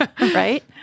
right